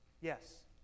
Yes